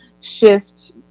shift